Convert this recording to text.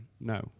No